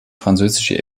französische